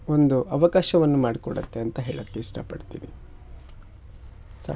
ಒಂದು ಅವಕಾಶವನ್ನು ಮಾಡಿಕೊಡತ್ತೆ ಅಂತ ಹೇಳಕ್ಕೆ ಇಷ್ಟ ಪಡ್ತೀನಿ ಸಾ